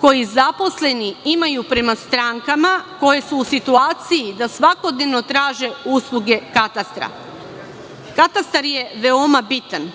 koji zaposleni imaju prema strankama koje su u situaciji da svakodnevno traže usluge katastra. Katastar je veoma bitan.